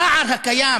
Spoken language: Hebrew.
הפער הקיים